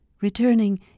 returning